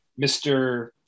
Mr